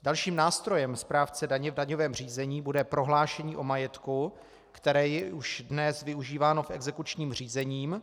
Dalším nástrojem správce daně v daňovém řízení bude prohlášení o majetku, které je už dnes využíváno v exekučním řízení.